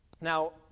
Now